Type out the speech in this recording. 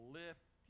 lift